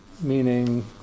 meaning